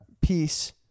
piece